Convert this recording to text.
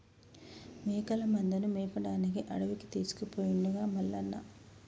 మేకల మందను మేపడానికి అడవికి తీసుకుపోయిండుగా మల్లన్న